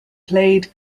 played